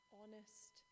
honest